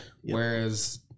Whereas